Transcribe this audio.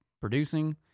producing